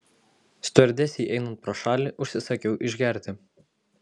stiuardesei einant pro šalį užsisakiau išgerti